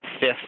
fifth